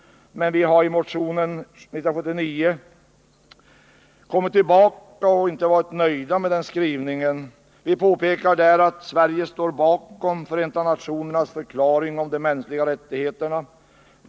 Men vi har kommit tillbaka med en motion 1979, då vi inte varit helt nöjda med skrivningen. Vi påpekar i denna motion: ”Sverige står bakom FN:s förklaring om de mänskliga rättigheterna.